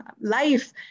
life